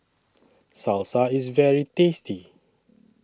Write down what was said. Salsa IS very tasty